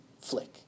flick